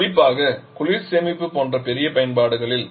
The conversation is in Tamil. குறிப்பாக குளிர் சேமிப்பு போன்ற பெரிய பயன்பாடுகளில்